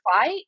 fight